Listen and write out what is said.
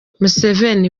museveni